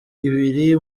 ibiri